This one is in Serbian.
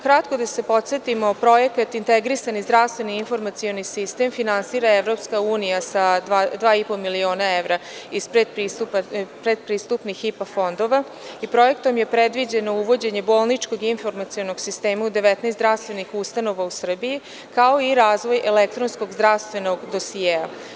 Kratko da se podsetimo, projekat Integrisani zdravstveni informacioni sistem finansira Evropska unija sa 2,5 miliona evra predpristupnih IPA fondova i projektom je predviđeno uvođenje bolničkog informacionog sistema u 19 zdravstvenih ustanova u Srbiji, kao i razvoj elektronskog zdravstvenog dosijea.